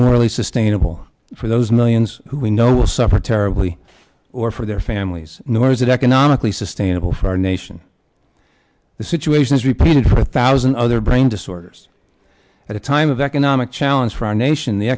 morally sustainable for those millions who we know will suffer terribly or for their families nor is it economically sustainable for our nation the situation is repeated for a thousand other brain disorders at a time of economic challenge for our nation the